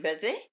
busy